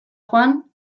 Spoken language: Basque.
joan